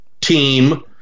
team